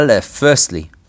firstly